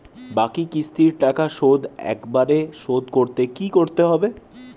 বাকি কিস্তির টাকা শোধ একবারে শোধ করতে কি করতে হবে?